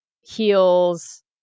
heels